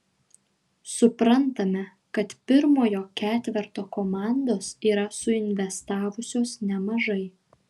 suprantame kad pirmojo ketverto komandos yra suinvestavusios nemažai